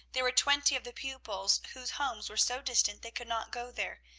there were twenty of the pupils whose homes were so distant they could not go there,